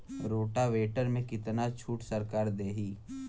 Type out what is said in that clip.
Rotavator में कितना छूट सरकार देही?